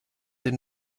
den